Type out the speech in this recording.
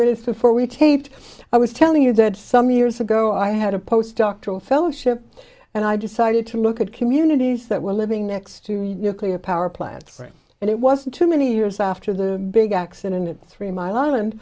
minutes before we taped i was telling you that some years ago i had a post doctoral fellow ship and i decided to look at communities that were living next to you nuclear power plants and it wasn't too many years after the big accident at three mile island